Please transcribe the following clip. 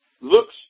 looks